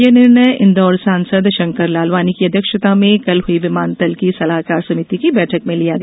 ये निर्णय इंदौर सांसद शंकर लालवानी की अध्यक्षता में कल हुई विमानतल की सलाहकार समिति की बैठक में लिया गया